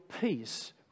peace